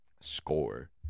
score